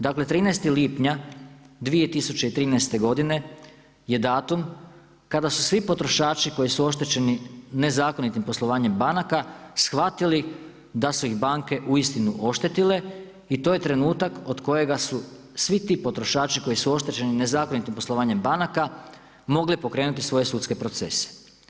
Dakle, 13. lipnja 2013. godine je datum kada su svi potrošači koji su oštećeni nezakonitim poslovanjem banaka shvatili da su ih banke uistinu oštetile i to je trenutak od kojega su svi ti potrošači koji su oštećeni nezakonitim poslovanjem banaka mogli pokrenuti svoje sudske procese.